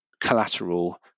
collateral